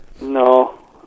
no